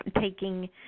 taking